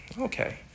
okay